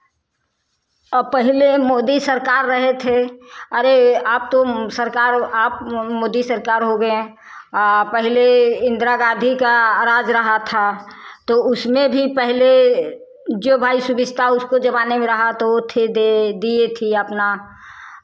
अ पहिले मोदी सरकार रहे थे अरे आब तो सरकार आप मोदी सरकार हो गए हैं पहले इन्दिरा गांधी का राज रहा था तो उसमें भी पहले जो भाई सुविधा उसको जमाने में रहा वो थे दे दिये थे अपना